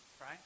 right